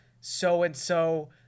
so-and-so